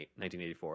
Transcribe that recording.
1984